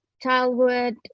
childhood